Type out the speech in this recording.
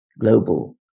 global